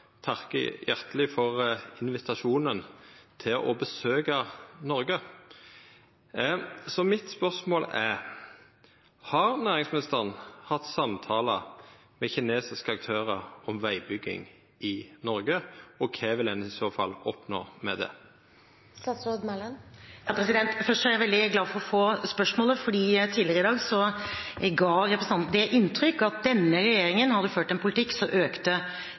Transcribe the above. takkar hjarteleg for invitasjonen til å besøkja Noreg. Så spørsmålet mitt er: Har næringsministeren hatt samtalar med kinesiske aktørar om vegbygging i Noreg, og kva vil ein i så fall oppnå med det? Først: Jeg er veldig glad for å få spørsmålet, for tidligere i dag ga representanten det inntrykk at denne regjeringen hadde ført en politikk som økte